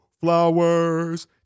Flowers